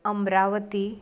Amravati